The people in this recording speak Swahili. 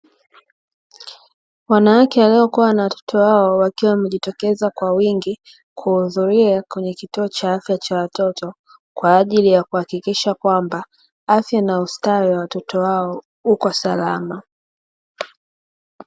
Wanawake walio kuwa na watoto wao wakiwa wamejitokeza kwa wingi kuhudhuria kwenye kituo cha afya cha watoto, kwa ajili ya kuhakikisha kwamba afya na ustawi wa watoto wao uko salama.